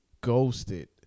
ghosted